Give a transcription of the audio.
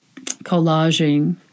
collaging